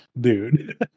dude